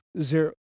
Zero